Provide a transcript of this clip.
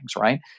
right